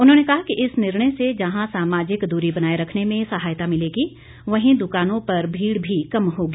उन्होंने कहा कि इस निर्णय से जहां सामाजिक दूरी बनाए रखने में सहायता मिलेगी वहीं दुकानों पर भीड़ भी कम होगी